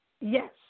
Yes